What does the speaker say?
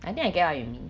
I think I get what you mean